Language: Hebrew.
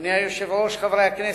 אדוני היושב-ראש, חברי הכנסת,